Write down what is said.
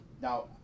now